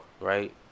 right